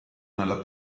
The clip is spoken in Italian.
nella